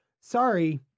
sorry